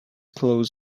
close